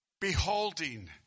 Beholding